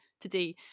today